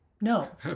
No